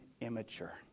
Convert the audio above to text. immature